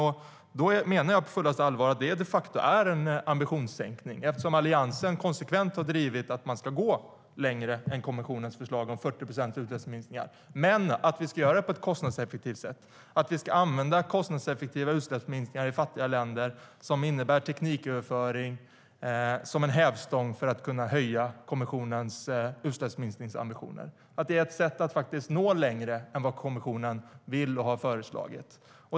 Jag menar på fullaste allvar att det de facto är en ambitionssänkning eftersom Alliansen konsekvent har drivit att man ska gå längre än kommissionens förslag på 40 procents utsläppsminskningar. Men vi ska göra det på ett kostnadseffektivt sätt. Vi ska använda kostnadseffektiva utsläppsminskningar i fattiga länder som innebär tekniköverföring som en hävstång för att kunna höja kommissionens utsläppsminskningsambitioner, och det är ett sätt att faktiskt nå längre än kommissionen vill och har föreslagit.